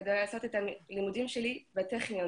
כדי לעשות את הלימודים שלי בטכניון,